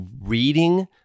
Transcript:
reading